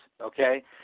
okay